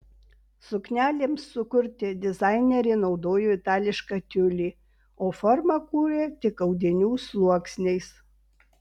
suknelėms sukurti dizainerė naudojo itališką tiulį o formą kūrė tik audinių sluoksniais